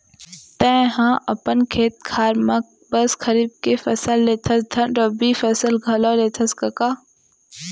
तैंहा अपन खेत खार म बस खरीफ के फसल लेथस धन रबि फसल घलौ लेथस कका?